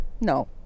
No